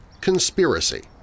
conspiracy